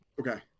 Okay